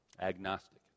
agnostic